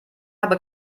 habe